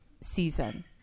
season